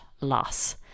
loss